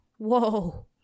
Whoa